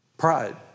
Pride